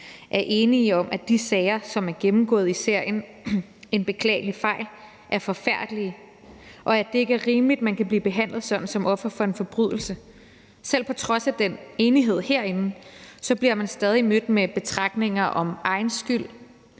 er enige om, at de sager, som er gennemgået i serien »En beklagelig fejl«, er forfærdelige, og at det ikke er rimeligt, man kan blive behandlet sådan som offer for en forbrydelse, så bliver man stadig mødt med betragtninger om, at